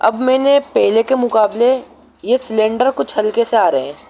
اب میں نے پہلے کے مقابلے یہ سلینڈر کچھ ہلکے سے آ رہے ہیں